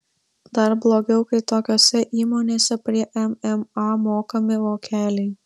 dar blogiau kai tokiose įmonėse prie mma mokami vokeliai